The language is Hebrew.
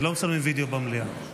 אני מבין שלפני שנעבור להצבעה יש שאלה